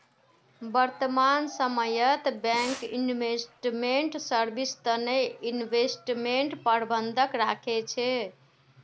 वर्तमान समयत bank investment service तने इन्वेस्टमेंट प्रबंधक राखे छे